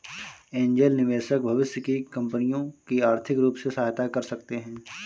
angel निवेशक भविष्य की कंपनियों की आर्थिक रूप से सहायता कर सकते हैं